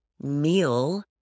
meal